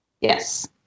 Yes